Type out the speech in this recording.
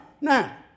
Now